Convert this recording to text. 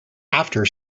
after